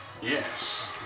Yes